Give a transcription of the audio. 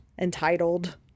entitled